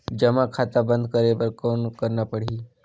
जमा खाता बंद करे बर कौन करना पड़ही?